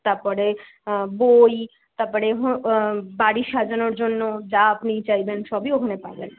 তারপরে বই তারপরে বাড়ি সাজানোর জন্য যা আপনি চাইবেন সবই ওখানে পাবেন